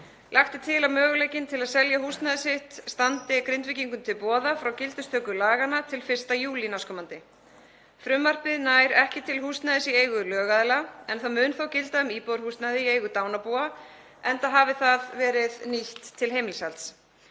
Lagt er til að möguleikinn til að selja húsnæði sitt standi Grindvíkingum til boða frá gildistöku laganna til 1. júlí nk. Frumvarpið nær ekki til húsnæðis í eigu lögaðila en það mun þó gilda um íbúðarhúsnæði í eigu dánarbúa enda hafi það verið nýtt til heimilishalds.